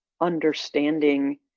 understanding